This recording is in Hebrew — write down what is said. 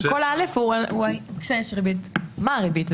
כל ה-(א) הוא כשיש ריבית, מה הריבית.